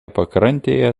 pakrantėje